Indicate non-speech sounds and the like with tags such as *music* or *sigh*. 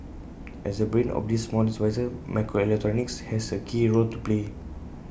as the brain of these small *unintelligible* microelectronics has A key role to play